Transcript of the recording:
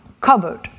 covered